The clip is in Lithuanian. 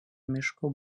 miško